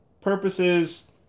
purposes